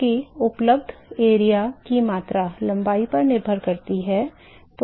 क्योंकि उपलब्ध क्षेत्रफल की मात्रा लंबाई पर निर्भर करती है